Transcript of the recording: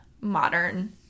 modern